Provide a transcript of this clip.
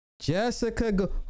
Jessica